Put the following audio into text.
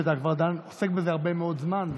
שאתה כבר מתעסק הרבה מאוד זמן,